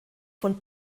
von